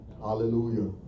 Hallelujah